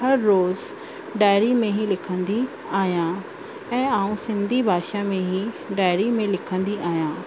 हर रोज़ु डायरी में ई लिखंदी आहियां ऐं मां सिंधी भाषा में ई डायरी में लिखंदी आहियां